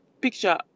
picture